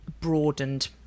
broadened